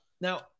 Now